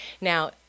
Now